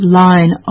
line